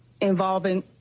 involving